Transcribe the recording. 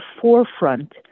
forefront